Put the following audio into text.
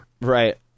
right